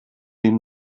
den